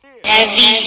Heavy